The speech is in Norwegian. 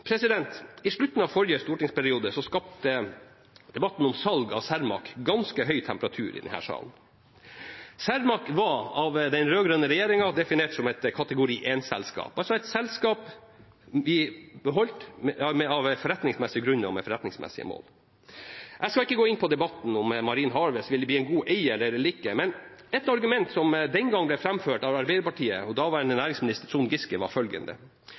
I slutten av forrige stortingsperiode skapte debatten om salg av Cermaq ganske høy temperatur i denne salen. Cermaq var av den rød-grønne regjeringen definert som et kategori 1-selskap, altså et selskap vi beholdt av forretningsmessige grunner og med forretningsmessige mål. Jeg skal ikke gå inn på debatten om hvorvidt Marine Harvest ville bli en god eier eller ikke, men et argument som den gang ble framført av Arbeiderpartiet og daværende næringsminister, Trond Giske, var følgende: